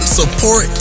support